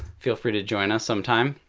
feel free to join us sometime,